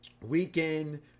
Weekend